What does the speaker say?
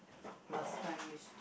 last time used to